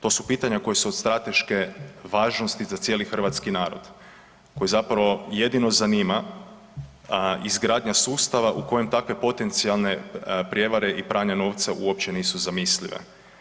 To su pitanja koja su od strateške važnosti za cijeli hrvatski narod koji zapravo jedino zanima izgradnja sustava u kojem takve potencijalne prevare i pranja novca uopće nisu zamislive.